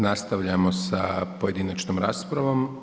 Nastavljamo sa pojedinačnom raspravom.